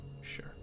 sure